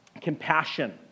compassion